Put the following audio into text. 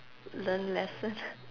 learn lesson